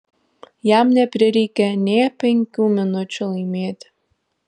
jam neprireikė nė penkių minučių laimėti